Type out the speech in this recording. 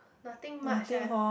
nothing much ah